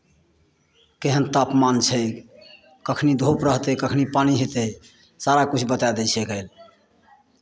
केहन तापमान छै कखन धूप रहतै कखन पानि हेतै सारा किछु बताए दै छै आइ काल्हि